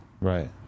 Right